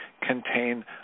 contain